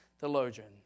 theologian